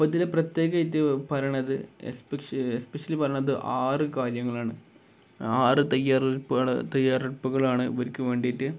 ഇപ്പോഴിതില് പ്രത്യേകമായിട്ട് പറയുന്നത് എസ്പെഷ്യലി പറയുന്നത് ആറ് കാര്യങ്ങളാണ് ആറ് തയ്യാറെടുപ്പുകളാണ് ഇവർക്ക് വേണ്ടിയിട്ട്